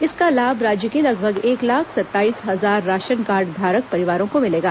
इसका लाभ राज्य के लगभग एक लाख सत्ताईस हजार राशन कार्डधारक परिवारों को मिलेगा